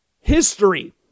history